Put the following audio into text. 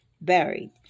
buried